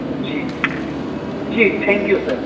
جی جی جی thank you sir